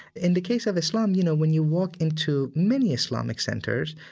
in the case of islam, you know, when you walk into many islamic centers,